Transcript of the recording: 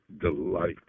delight